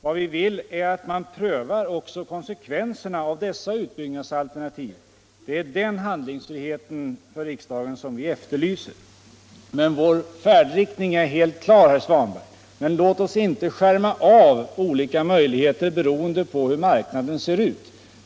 Vad vi vill är att man skall pröva också konsekvenserna av dessa utbyggnadsalternativ. Det är den handlingsfriheten för riksdagen som vi efterlyser. Vår färdriktning är helt klar, herr Svanberg, men låt oss inte skärma av olika möjligheter beroende på hur marknaden ser ut!